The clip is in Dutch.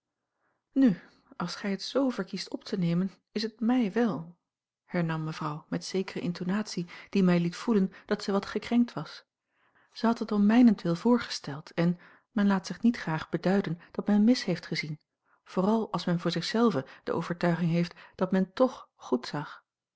nu als gij het z verkiest op te nemen is het mij wel hernam mevrouw met zekere intonatie die mij liet voelen dat zij wat gekrenkt was zij had het om mijnentwil voorgesteld en men laat zich niet graag beduiden dat men mis heeft gezien vooral als men voor zich zelve de overtuiging heeft dat men toch goed zag